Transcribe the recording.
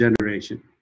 generation